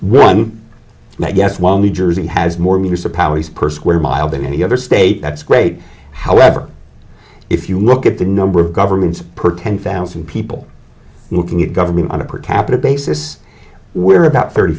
that yes well new jersey has more municipalities per square mile than any other state that's great however if you look at the number of governments per ten thousand people looking at government on a particular basis we're about thirty